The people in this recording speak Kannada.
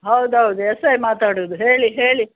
ಹೌದು ಹೌದು ಎಸ್ ಐ ಮಾತಾಡೋದ್ ಹೇಳಿ ಹೇಳಿ